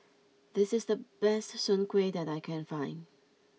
this is the best Soon Kway that I can find